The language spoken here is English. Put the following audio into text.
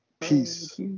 peace